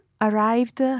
arrived